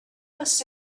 must